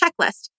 Checklist